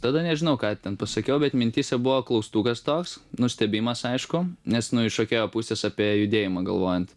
tada nežinau ką ten pasakiau bet mintyse buvo klaustukas toks nustebimas aišku nes nu iš šokėjo pusės apie judėjimą galvojant